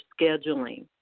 scheduling